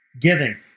Giving